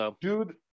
Dude